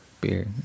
beer